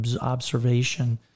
observation